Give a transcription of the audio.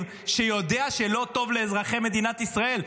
שיודע שהוא לא טוב לאזרחי מדינת ישראל,